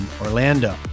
Orlando